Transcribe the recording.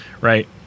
Right